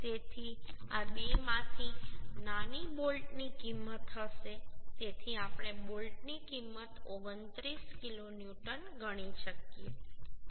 તેથી આ બેમાંથી નાની બોલ્ટની કિંમત હશે તેથી આપણે બોલ્ટની કિંમત 29 કિલોન્યુટન ગણી શકીએ ખરું